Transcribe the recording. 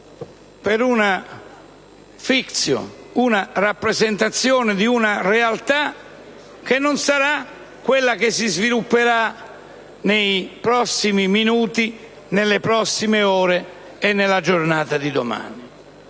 per una *fictio*, per la rappresentazione di una realtà che non sarà quella che si svilupperà nei prossimi minuti, nelle prossime ore e nella giornata di domani.